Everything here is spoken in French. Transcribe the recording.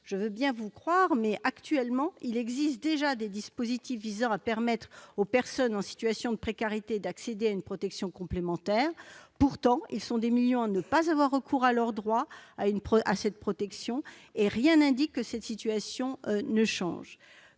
Je veux bien vous croire, mais, actuellement, il existe déjà des dispositifs visant à permettre aux personnes en situation de précarité d'accéder à une protection complémentaire. Pourtant, elles sont des millions à ne pas avoir recours à leur droit à cette protection, et rien n'indique que cette situation change.